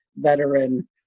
veteran